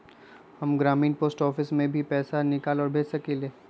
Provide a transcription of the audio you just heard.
हम ग्रामीण post office से भी पैसा निकाल और भेज सकेली?